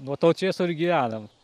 nuo to čėso ir gyvenam